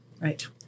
Right